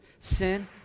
Sin